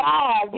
God